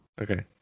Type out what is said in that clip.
Okay